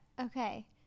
Okay